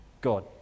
God